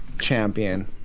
champion